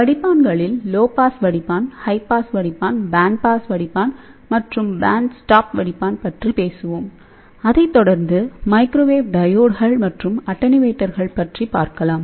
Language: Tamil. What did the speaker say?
வடிப்பான்களில் லோ பாஸ் வடிப்பான் ஹை பாஸ் வடிப்பான் பேண்ட் பாஸ் வடிப்பான் மற்றும் பேண்ட் ஸ்டாப் வடிப்பான் பற்றிபேசுவோம் அதைத் தொடர்ந்து மைக்ரோவேவ் டையோட்கள் மற்றும் அட்டென்யூவேட்டர்கள் பற்றி பார்க்கலாம